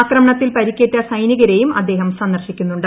ആക്രമണത്തിൽ പരിക്കേറ്റ ക്ലസെനികരെയും അദ്ദേഹം സന്ദർശിക്കുന്നുണ്ട്